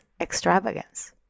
extravagance